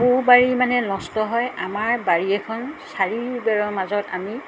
পো বাৰী মানে নষ্ট হয় আমাৰ বাৰী এখন চাৰি বেৰৰ মাজত আমি